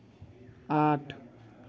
आठ